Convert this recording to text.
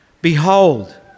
Behold